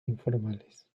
informales